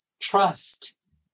trust